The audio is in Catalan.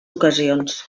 ocasions